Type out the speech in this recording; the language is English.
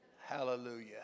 Hallelujah